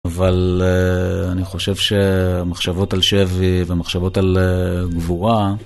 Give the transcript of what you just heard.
אבל אני חושב שהמחשבות על שבי ומחשבות על גבורה